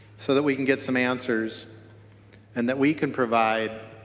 so that we can get some answers and that we can provide